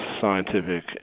scientific